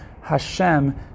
Hashem